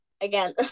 again